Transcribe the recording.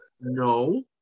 no